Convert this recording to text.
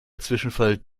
zwischenfall